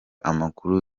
amakuru